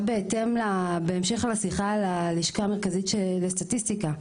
בהמשך לשיחה על הלשכה המרכזית לסטטיסטיקה,